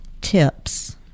TIPS